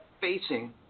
facing